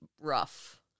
rough